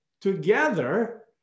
together